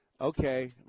Okay